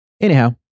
Anyhow